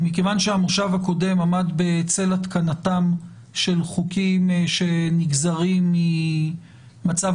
מכיוון שהמושב הקודם עמד בצל התקנתם של חוקים שנגזרים ממצב